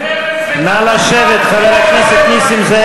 אתה חסמת את עצמך,